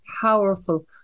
powerful